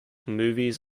movies